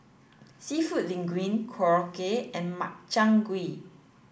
Seafood Linguine Korokke and Makchang gui